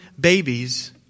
babies